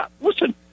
Listen